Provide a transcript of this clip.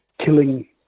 killing